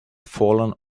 fallen